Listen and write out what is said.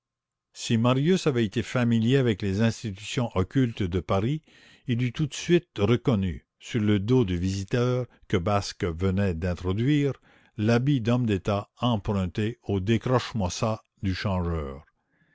si marius avait été familier avec les institutions occultes de paris il eût tout de suite reconnu sur le dos du visiteur que basque venait d'introduire l'habit d'homme d'état emprunté au décroche moi ça du changeur